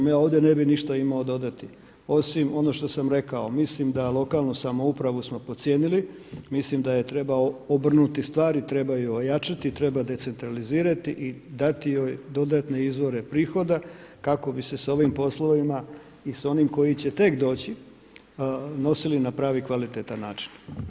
Ja ovdje ne bih ništa imao dodati, osim ono što sam rekao, mislim da smo lokalnu samoupravu podcijenili, mislim da treba obrnuti stvari, trebaju ojačati, treba decentralizirati i dati joj dodatne izvore prihoda kako bi se s ovim poslovima i s onim koji će tek doći nosili na pravi kvalitetan način.